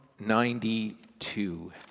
92